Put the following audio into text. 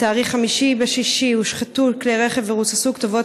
בתאריך 5 ו-6 ביוני הושחתו כלי רכב ורוססו כתובות